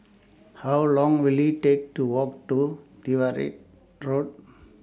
How Long Will IT Take to Walk to Tyrwhitt Road